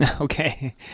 Okay